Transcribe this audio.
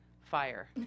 Fire